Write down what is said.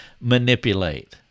manipulate